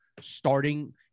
starting